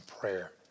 prayer